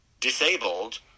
disabled